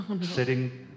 sitting